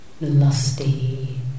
lusty